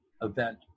event